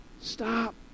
Stop